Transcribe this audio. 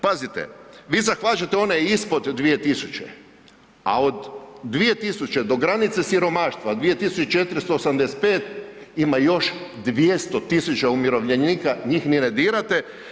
Pazite, vi zahvaćate one ispod 2.000, a od 2.000 do granice siromaštva 2.485 ima još 200.000 umirovljenika njih ni ne dirate.